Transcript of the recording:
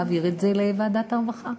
להעביר את זה לוועדת הרווחה.